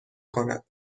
کند